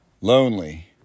Lonely